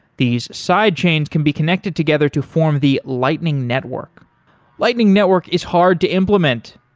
these sidechains can be connected together to form the lightning network lightning network is hard to implement.